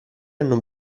hanno